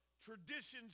traditions